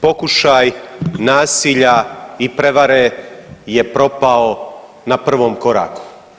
Pokušaj nasilja i prevare je propao na prvom koraku.